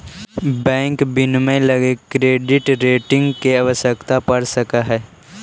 bank विनियमन लगी credit rating के आवश्यकता पड़ सकऽ हइ